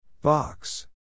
Box